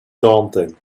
daunting